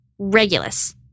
Regulus